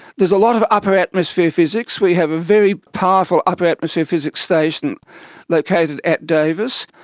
there's a lot of upper atmosphere physics. we have a very powerful upper atmosphere physics station located at davis.